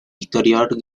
historiador